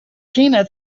tina